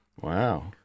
Wow